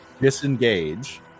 disengage